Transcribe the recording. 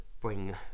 bring